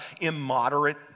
immoderate